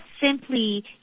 simply